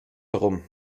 herum